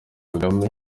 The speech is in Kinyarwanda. kagame